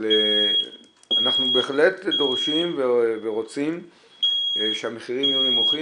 אבל אנחנו בהחלט דורשים ורוצים שהמחירים יהיו נמוכים